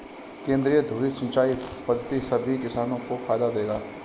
केंद्रीय धुरी सिंचाई पद्धति सभी किसानों को फायदा देगा